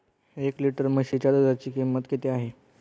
एक लिटर म्हशीच्या दुधाची किंमत किती आहे?